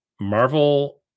Marvel